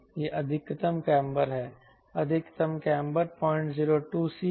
यह अधिकतम काम्बर है अधिकतम काम्बर 002 c है